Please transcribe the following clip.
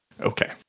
Okay